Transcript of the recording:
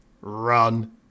Run